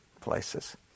places